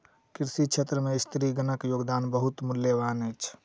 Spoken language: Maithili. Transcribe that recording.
कृषि क्षेत्र में स्त्रीगणक योगदान बहुत मूल्यवान अछि